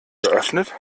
geöffnet